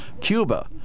Cuba